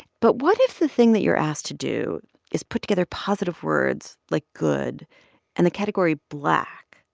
but what if the thing that you're asked to do is put together positive words like good and the category black?